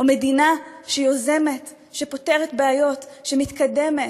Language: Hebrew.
או מדינה שיוזמת, שפותרת בעיות, שמתקדמת.